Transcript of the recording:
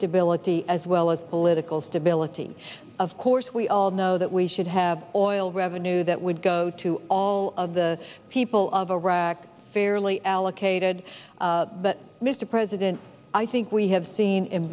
stability as well as political stability of course we all know that we should have oil revenue that would go to all of the people of iraq fairly allocated but mr president i think we have seen in